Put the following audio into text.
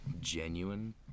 genuine